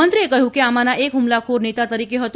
મંત્રીએ કહ્યું કે આમાંના એક હુમલાખોર નેતા તરીકે હતો